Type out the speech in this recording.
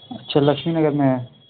اچھا لکشمی نگر میں ہے